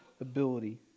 ability